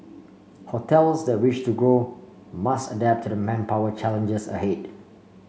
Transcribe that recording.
hotels that wish to grow must adapt to the manpower challenges ahead